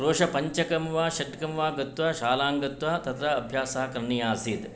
क्रोशपञ्चकं वा षट्कं वा गत्वा शालां गत्वा तत्र अभ्यासः करणीयः आसीत्